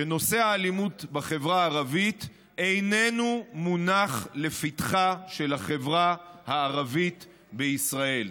שנושא האלימות בחברה הערבית איננו מונח לפתחה של החברה הערבית בישראל,